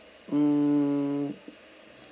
mm